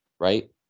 right